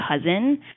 cousin